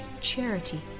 charity